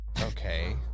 Okay